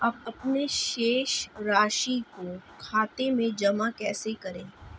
अपने शेष राशि को खाते में जमा कैसे करें?